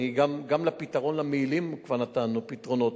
גם למעילים כבר נתנו פתרונות,